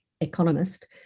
economist